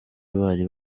bari